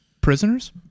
Prisoners